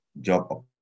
job